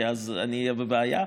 כי אז אני אהיה בבעיה,